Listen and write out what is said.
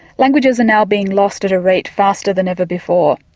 languages are now being lost at a rate faster than ever before.